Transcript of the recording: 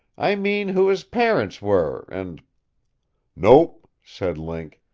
i mean who his parents were and nope, said link.